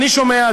אני שומע,